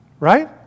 Right